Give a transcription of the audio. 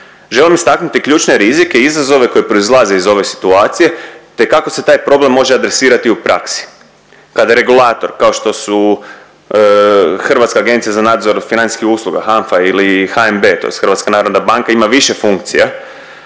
Želim istaknuti ključne rizike i izazove koji proizlaze iz ove situacije te kako se taj problem može adresirati u praksi, kada regulator, kao što su Hrvatska agencija za nadzor financijskih usluga, HANFA ili HNB tj. Hrvatska narodna banka, ima više funkcija,